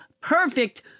perfect